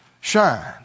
shine